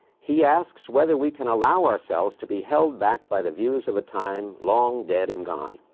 he asks whether we can allow ourselves to be held back by the views of a time long dead and gone.